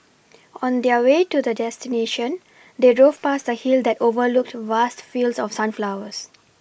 on their way to their destination they drove past a hill that overlooked vast fields of sunflowers